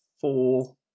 four